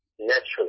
naturally